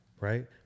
Right